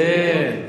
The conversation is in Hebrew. כן,